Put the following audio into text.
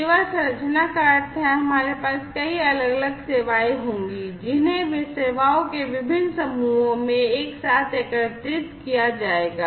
सेवा संरचना का अर्थ है कि हमारे पास कई अलग अलग सेवाएं होंगी जिन्हें सेवाओं के विभिन्न समूहों में एक साथ एकत्रित किया जाएगा